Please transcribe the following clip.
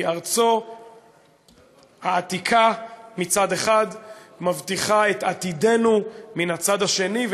שהיא ארצו העתיקה מצד אחד ומבטיחה את עתידנו מן הצד השני,